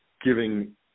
giving